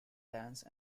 dance